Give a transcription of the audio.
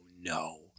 no